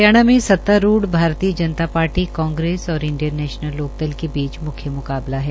हरियाणा में सत्तारूढ़ भारतीय जनता पार्टी कांग्रेस और इंडियन ने ानल लोकदल के बीच मुख्य मुकाबला है